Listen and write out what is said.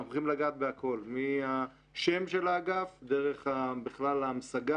אנחנו הולכים לגעת בכול, בשם האגף, דרך ההמשגה,